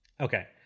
Okay